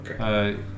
Okay